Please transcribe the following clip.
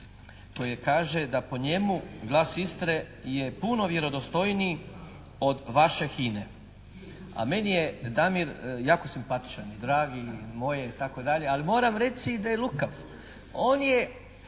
koji kaže da po njemu Glas Istre je puno vjerodostojniji od vaše HINA-e. A meni je Damir jako simpatičan i drag i moj je, ali moram reći da je i lukav. On je